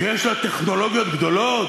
שיש לה טכנולוגיות גדולות,